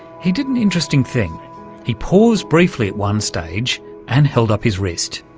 he did an interesting thing he paused briefly at one stage and held up his wrist.